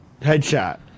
Headshot